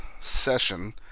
session